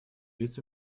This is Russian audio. лиц